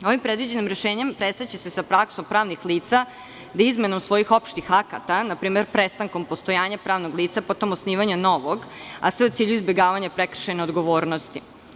Ovim predviđenim rešenjem prestaće se sa praksom pravnih lica da izmenom svojih opštih akata, npr. prestankom postojanja pravnog lica, potom osnivanja novog, a sve u cilju izbegavanja prekršajne odgovornosti.